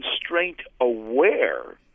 constraint-aware